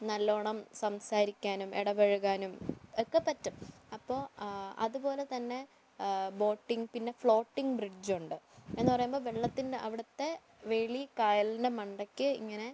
നല്ല വണ്ണം സംസാരിക്കാനും ഇടപഴകാനും ഒക്കെ പറ്റും അപ്പോൾ അതു പോലെ തന്നെ ബോട്ടിങ്ങ് പിന്നെ ഫ്ലോട്ടിങ്ങ് ബ്രിഡ്ജ് ഉണ്ട് എന്ന് പറയുമ്പോൾ വെള്ളത്തിൻ്റെ അവിടുത്തെ വേളി കായലിൻ്റെ മണ്ടക്ക് ഇങ്ങനെ